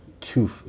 two